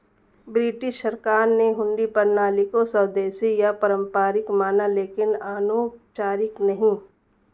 British सरकार ने हुंडी प्रणाली को स्वदेशी या पारंपरिक माना लेकिन अनौपचारिक नहीं